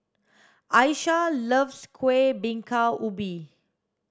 Ayesha loves kuih bingka ubi